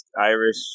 Irish